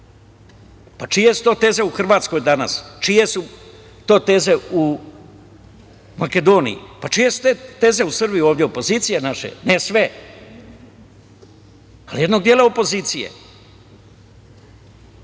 Čije su to teze u Hrvatskoj danas? Čije su to teze u Makedoniji? Čije su to teze u Srbiji ovde? Opozicije naše, ne sve, ali jednog dela opozicije. Da